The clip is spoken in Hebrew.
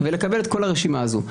ולקבל את כל הרשימה הזו,